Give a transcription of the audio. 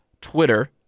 Twitter